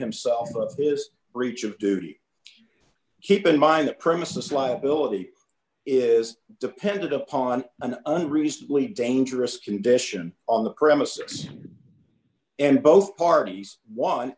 himself of this breach of duty keep in mind the premises liability is depended upon an unreasonably dangerous condition on the premises and both parties w